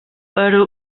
per